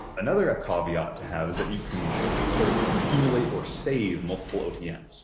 another ah caveat to have is that you can sort of accumulate or save multiple otns,